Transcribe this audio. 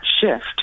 shift